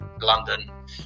London